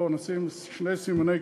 בוא, נשים שני סימני קריאה.